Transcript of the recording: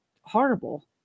horrible